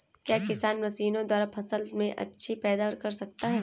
क्या किसान मशीनों द्वारा फसल में अच्छी पैदावार कर सकता है?